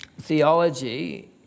theology